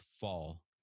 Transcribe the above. fall